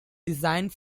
designed